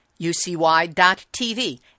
UCY.TV